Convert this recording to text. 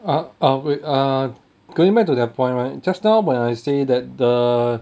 ah err wait err going back to that point right just now when I say that the